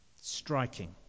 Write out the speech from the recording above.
striking